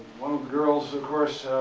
one of the girls, of